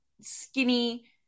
skinny